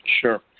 Sure